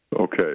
Okay